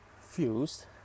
Fused